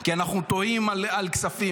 כי אנחנו תוהים על כספים.